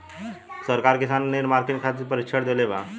सरकार किसान के नेट मार्केटिंग खातिर प्रक्षिक्षण देबेले?